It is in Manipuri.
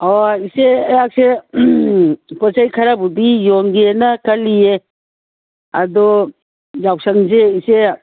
ꯑꯣ ꯏꯆꯦ ꯑꯩꯍꯥꯛꯁꯦ ꯄꯣꯠ ꯆꯩ ꯈꯔꯕꯨꯗꯤ ꯌꯣꯟꯒꯦꯅ ꯈꯜꯂꯤꯌꯦ ꯑꯗꯣ ꯌꯥꯎꯁꯪꯁꯦ ꯏꯆꯦ